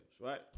right